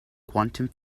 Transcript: quantum